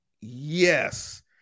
yes